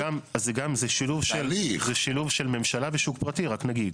זה שילוב של ממשלה ושוק פרטי, רק נגיד.